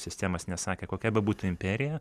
sistemos nes sakė kokia bebūtų imperija